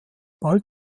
bald